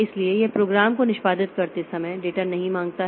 इसलिए यह प्रोग्राम को निष्पादित करते समय डेटा नहीं मांगता है